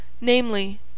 namely